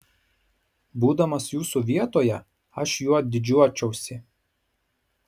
būdamas jūsų vietoje aš juo didžiuočiausi